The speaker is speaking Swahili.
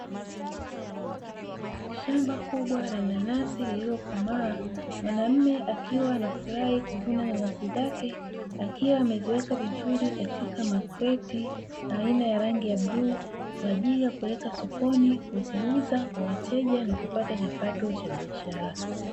Shamba kubwa la nanasi lililokomaa, mwanaume akiwa anafurahi kuvuna na nanasi zake akiwa ameziweka vizuri katika makreti aina ya rangi ya bluu, kwaajili ya kuweka sokoni kuziuza kwa wateja na kupata kipato cha biashara.